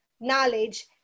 knowledge